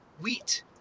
wheat